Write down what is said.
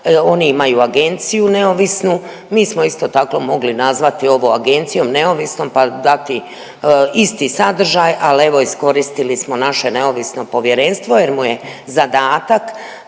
Oni imaju agenciju neovisnu. Mi smo isto tako mogli nazvati ovo agencijom neovisnom pa dati isti sadržaj, ali evo iskoristili smo naše neovisno povjerenstvo jer mu je zadatak